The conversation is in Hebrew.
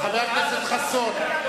קריאות: חבר הכנסת חסון,